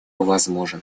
возможен